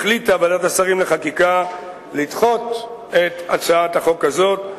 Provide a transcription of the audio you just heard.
החליטה ועדת השרים לחקיקה לדחות את הצעת החוק הזאת,